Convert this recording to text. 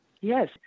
Yes